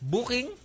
Booking